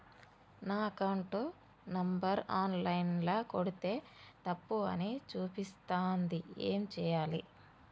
నా account number online ల కొడ్తే తప్పు అని చూపిస్తాంది ఏం చేయాలి?